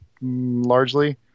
largely